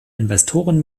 investoren